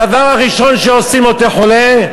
הדבר הראשון שעושים לאותו חולה,